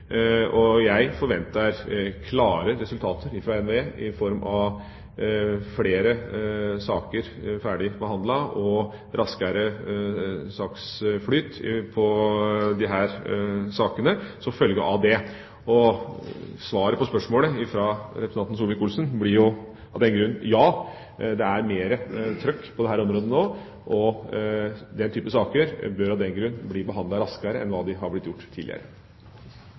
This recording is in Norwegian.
Jeg forventer klare resultater fra NVE i form av at flere saker blir behandlet ferdig og raskere saksflyt som følge av det. Svaret på spørsmålet fra representanten Solvik-Olsen blir av den grunn: Ja, det er mer trykk på dette området nå, og den typen saker bør av den grunn bli behandlet raskere enn hva de har blitt gjort tidligere.